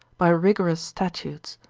by rigorous statutes,